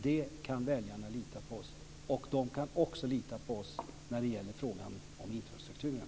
Därför kan väljarna lita på oss. De kan också lita på oss när det gäller frågan om infrastrukturen.